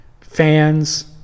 fans